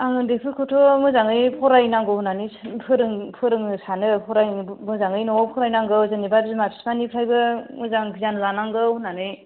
आं ओन्दैफोरखौथ' मोजाङै फरायनांगौ होन्नानै फोरों फोरोङो सानो फराय मोजाङै नआव फरायनांगौ जेन'बा बिमा बिफानिफ्रायबो मोजां गियान लानांगौ होन्नानै